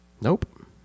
Nope